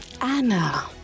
anna